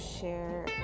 share